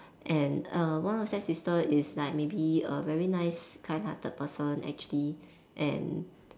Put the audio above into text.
and err one of her stepsister is like maybe a very nice kind hearted person actually and